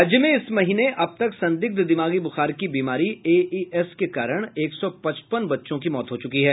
राज्य में इस महीने अब तक संदिग्ध दिमागी ब्रुखार की बीमारी एईएस के कारण एक सौ पचपन बच्चों की मौत हो चुकी है